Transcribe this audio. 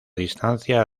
distancia